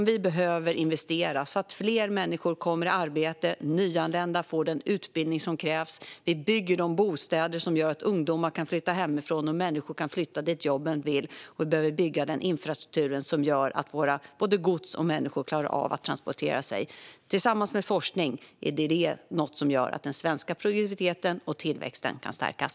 Vi behöver investera så att fler människor kommer i arbete och nyanlända får den utbildning som krävs. Vi ska bygga de bostäder som gör att ungdomar kan flytta hemifrån och människor flytta dit jobben finns. Vi behöver bygga den infrastruktur som gör att vi klarar av transporterna av både gods och människor. Tillsammans med forskning är det detta som gör att den svenska produktiviteten och tillväxten kan stärkas.